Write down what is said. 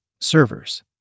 servers